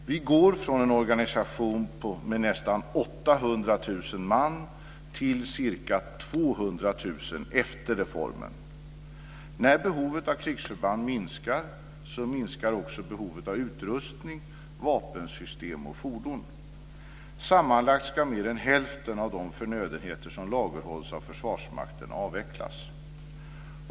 Vi går från en organisation med nästan 800 000 man till ca 200 000 efter reformen. När behovet av krigsförband minskar, minskar också behovet av utrustning, vapensystem och fordon. Sammanlagt ska mer än hälften av de förnödenheter som lagerhålls av Försvarsmakten avvecklas.